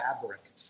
fabric